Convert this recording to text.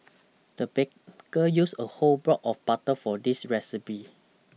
the baker used a whole block of butter for this recipe